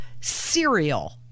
cereal